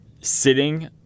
sitting